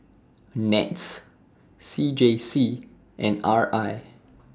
Nets C J C and R I